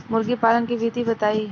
मुर्गी पालन के विधि बताई?